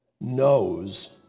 knows